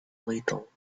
little